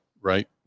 right